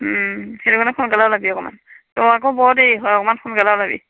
সেইটো কাৰণে সোনকালে ওলাবি অকণমান তোৰ আকৌ বৰ দেৰি হয় অকণমান সোনকালে ওলাবি